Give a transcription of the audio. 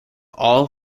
all